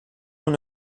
nous